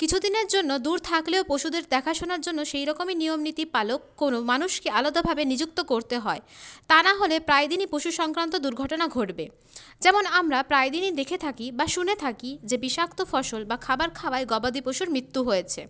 কিছুদিনের জন্য দূর থাকলেও পশুদের দেখাশোনার জন্য সেইরকমই নিয়মনীতি মানুষকে আলাদাভাবে নিযুক্ত করতে হয় তা নাহলে প্রায় দিনই পশু সংক্রান্ত দুর্ঘটনা ঘটবে যেমন আমরা প্রায় দিনই দেখে থাকি বা শুনে থাকি যে বিষাক্ত ফসল বা খাবার খাওয়ায় গবাদি পশুর মৃত্যু হয়েছে